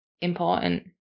important